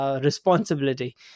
responsibility